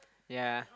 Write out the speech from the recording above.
yea